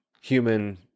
human